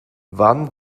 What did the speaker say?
wann